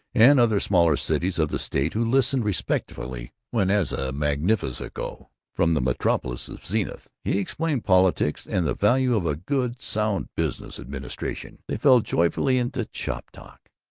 and other smaller cities of the state, who listened respectfully when, as a magnifico from the metropolis of zenith, he explained politics and the value of a good sound business administration. they fell joyfully into shop-talk,